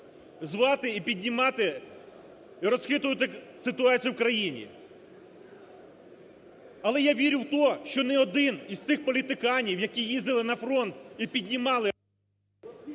звати і піднімати, і розхитувати ситуацію в країні. Але я вірю в те, що ні один із тих політиканів, які їздили на фронт і піднімали…